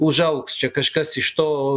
užaugs čia kažkas iš to